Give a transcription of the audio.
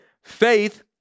Faith